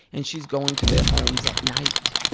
and she's going to their homes at night.